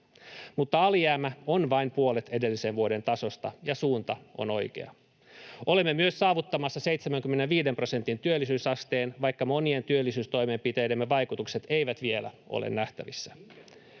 Mutta alijäämä on vain puolet edellisen vuoden tasosta, ja suunta on oikea. Olemme myös saavuttamassa 75 prosentin työllisyysasteen, vaikka monien työllisyystoimenpiteidemme vaikutukset eivät vielä ole nähtävissä.